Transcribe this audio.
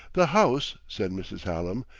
the house, said mrs. hallam,